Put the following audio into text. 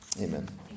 Amen